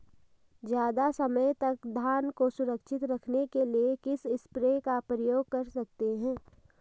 ज़्यादा समय तक धान को सुरक्षित रखने के लिए किस स्प्रे का प्रयोग कर सकते हैं?